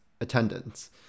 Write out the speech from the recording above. attendance